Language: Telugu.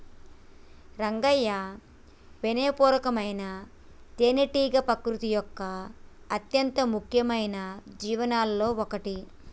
రంగయ్యా వినయ పూర్వకమైన తేనెటీగ ప్రకృతి యొక్క అత్యంత ముఖ్యమైన జీవులలో ఒకటి